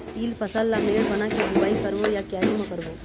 तील फसल ला मेड़ बना के बुआई करबो या क्यारी म करबो?